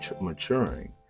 maturing